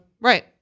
Right